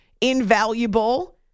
invaluable